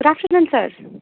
good afternoon sir